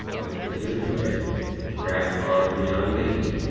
i hope that you enjoy it and congrats on the young baby.